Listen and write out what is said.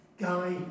Guy